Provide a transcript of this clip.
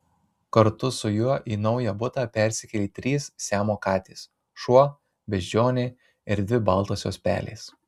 kartu su juo į naują butą persikėlė trys siamo katės šuo beždžionė ir dvi baltosios pelės